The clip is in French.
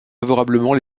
favorablement